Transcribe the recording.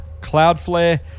Cloudflare